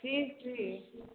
ठीक ठीक